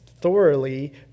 thoroughly